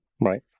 Right